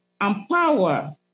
empower